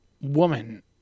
woman